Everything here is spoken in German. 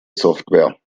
software